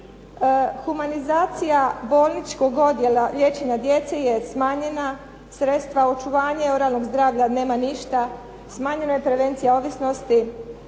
humanizacija bolničkog odjela liječenja djece je smanjenja, sredstva očuvanja oralnog zdravlja nema ništa, smanjena je prevencija ovisnosti.